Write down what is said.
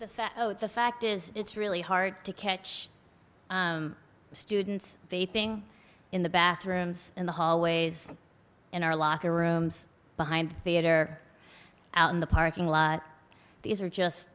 the oh the fact is it's really hard to catch students bating in the bathrooms in the hallways in our locker rooms behind the theater out in the parking lot these are just